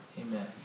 amen